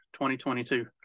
2022